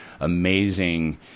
amazing